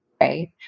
right